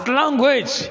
language